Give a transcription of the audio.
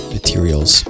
Materials